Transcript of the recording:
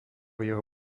jeho